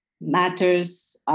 matters